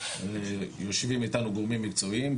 יושבים איתנו גורמים מקצועיים,